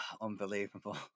unbelievable